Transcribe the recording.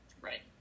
Right